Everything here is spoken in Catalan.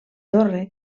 torre